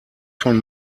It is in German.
von